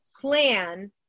plan